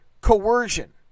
Coercion